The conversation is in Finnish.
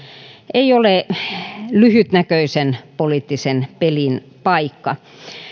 ei ole lyhytnäköisen poliittisen pelin paikka